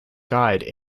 guide